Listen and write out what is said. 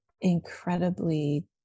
incredibly